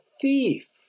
thief